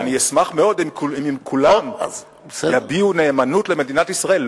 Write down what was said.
אני אשמח מאוד אם הם כולם יביעו נאמנות למדינת ישראל,